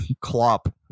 Klopp